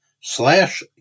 slash